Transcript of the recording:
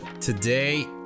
today